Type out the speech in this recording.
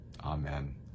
Amen